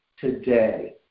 today